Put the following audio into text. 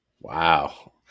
Wow